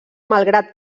malgrat